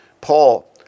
Paul